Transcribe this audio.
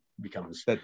becomes